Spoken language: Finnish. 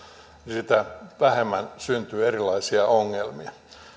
sitä vähemmän syntyy erilaisia ongelmia